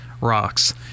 rocks